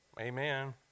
Amen